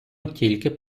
тільки